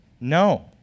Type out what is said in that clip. No